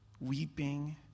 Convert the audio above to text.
weeping